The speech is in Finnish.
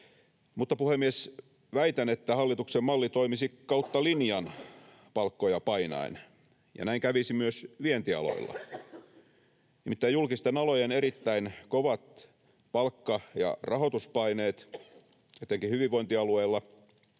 Puhemies! Väitän, että hallituksen malli toimisi kautta linjan palkkoja painaen, ja näin kävisi myös vientialoilla. Nimittäin julkisten alojen erittäin kovat palkka- ja rahoituspaineet etenkin hyvinvointialueilla